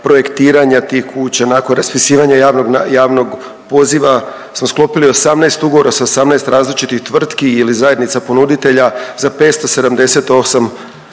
projektiranja tih kuća, nakon raspisivanja javnog poziva smo sklopili 18 ugovora sa 18 različitih tvrtki ili zajednica ponuditelja za 578